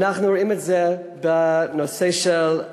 ואנחנו רואים את זה בנושא הבריאות.